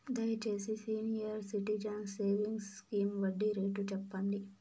దయచేసి senior citizens savings scheme వడ్డీ rate సెప్పండి